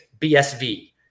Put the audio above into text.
BSV